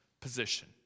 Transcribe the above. position